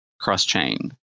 cross-chain